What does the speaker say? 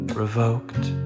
revoked